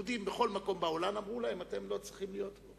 בכל מקום בעולם אמרו ליהודים שהם לא צריכים להיות פה.